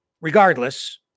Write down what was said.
Regardless